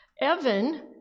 Evan